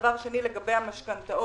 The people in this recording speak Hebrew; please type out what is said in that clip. דבר שני, לגבי המשכנתאות.